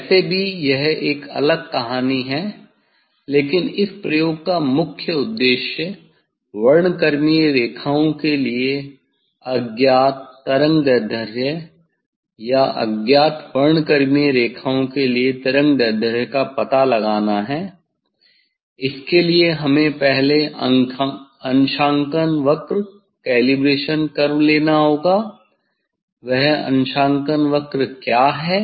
वैसे भी यह एक अलग कहानी है लेकिन इस प्रयोग का मुख्य उद्देश्य वर्णक्रमीय रेखाओं के लिए अज्ञात तरंगदैर्ध्य या अज्ञात वर्णक्रमीय रेखाओं के लिए तरंगदैर्ध्य का पता लगाना है इसके लिए हमें पहले अंशांकन वक्र लेना होगा वह अंशांकन वक्र क्या है